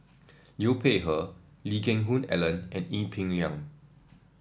Liu Peihe Lee Geck Hoon Ellen and Ee Peng Liang